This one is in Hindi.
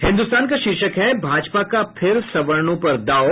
हिन्दुस्तान का शीर्षक है भाजपा का फिर सवर्णों पर दांव